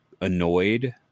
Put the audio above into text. annoyed